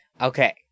Okay